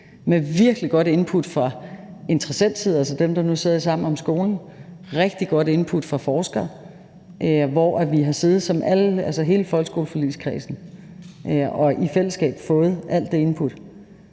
med virkelig gode input fra interessentside, altså dem, der nu sidder i Sammen om skolen. Der har været rigtig gode input fra forskere, hvor vi, hele folkeskoleforligskredsen, har siddet og i fællesskab fået alt det input.